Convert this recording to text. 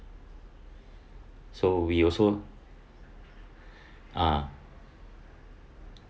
so we also ah